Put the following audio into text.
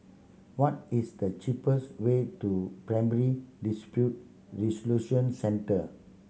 what is the cheapest way to Primary Dispute Resolution Centre